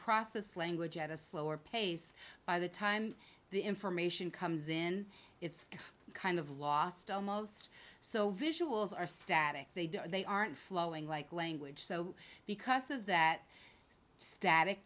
process language at a slower pace by the time the information comes in it's kind of lost almost so visuals are static they don't they aren't flowing like language so because of that static